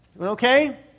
Okay